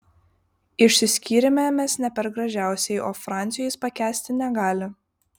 išsiskyrėme mes ne per gražiausiai o francio jis pakęsti negali